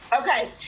Okay